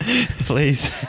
please